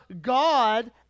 God